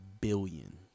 billion